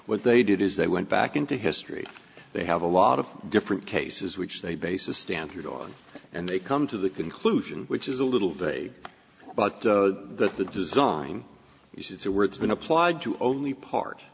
what they did is they went back into history they have a lot of different cases which they base is standard on and they come to the conclusion which is a little vague but that the design uses it where it's been applied to only part